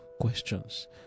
questions